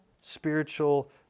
spiritual